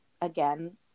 again